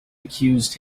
accused